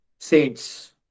Saints